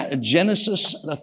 Genesis